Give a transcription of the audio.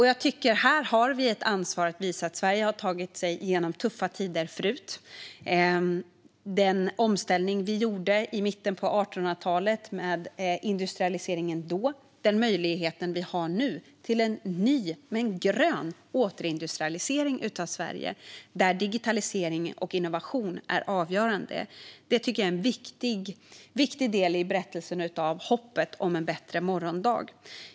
Jag tycker att vi har ett ansvar att visa att Sverige har tagit sig igenom tuffa tider förut. Jag tänker på den omställning vi gjorde i mitten av 1800talet med industrialiseringen. Vi har nu möjlighet till en ny men grön återindustrialisering av Sverige, där digitalisering och innovation är avgörande. Det tycker jag är en viktig del i berättelsen när det gäller hoppet om en bättre morgondag.